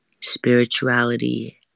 spirituality